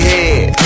Head